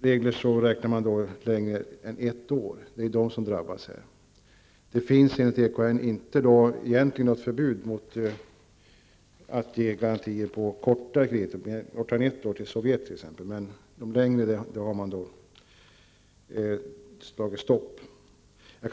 regler innebär det längre än ett år -- som här drabbas. Det finns enligt EKN i dag inte något förbud mot att ge garantier på kortare tid än ett år till exempelvis Sovjet, men när det gäller de längre har man slagit till bromsarna.